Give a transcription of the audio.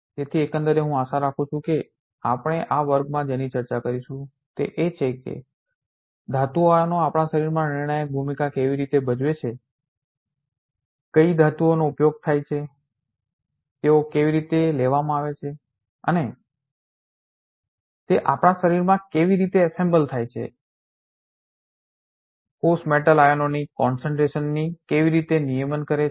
તેથી એકંદરે હું આશા રાખું છું કે આપણે આ વર્ગમાં જેની ચર્ચા કરીશું તે એ છે કે ધાતુ આયનો આપણા શરીરમાં નિર્ણાયક ભૂમિકા કેવી રીતે ભજવે છે કઈ ધાતુઓનો ઉપયોગ થાય છે તેઓ કેવી રીતે લેવામાં આવે છે અને તે આપણા શરીરમાં કેવી રીતે એસેમ્બલ થાય છે કોષો મેટલ આયનોની કોન્સેન્ટ્રેશને concentration સાંદ્રતા કેવી રીતે નિયમન કરે છે